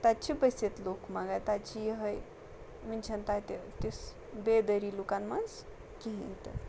تَتہِ چھِ پٔسِتھ لُکھ مگر تَتہِ چھِ یِہے ؤنۍ چھَنہ تَتہِ تِژھ بےدٲری لُکَن منٛز کِہیٖنۍ تہِ